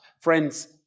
friends